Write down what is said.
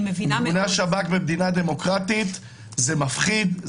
איכוני השב"כ במדינה דמוקרטית זה מפחיד,